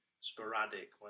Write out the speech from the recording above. sporadic